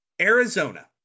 Arizona